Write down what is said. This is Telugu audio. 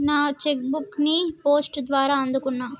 నా చెక్ బుక్ ని పోస్ట్ ద్వారా అందుకున్నా